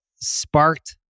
sparked